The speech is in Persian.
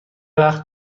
وقت